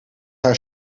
haar